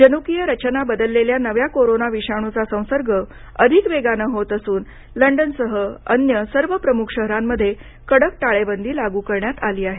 जनुकीय रचना बदलेल्या नव्या कोरोना विषाणूचा संसर्ग अधिक वेगानं होत असून लंडनसह अन्य सर्व प्रमुख शहरांमध्ये कडक टाळेबंदी लागू करण्यात आली आहे